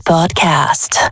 Podcast